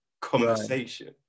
conversation